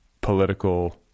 political